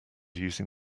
using